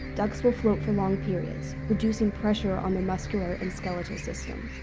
ducks will float for long periods, reducing pressure on their muscular and skeletal system.